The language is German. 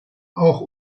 auch